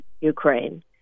Ukraine